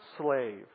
slave